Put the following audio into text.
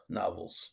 novels